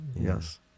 Yes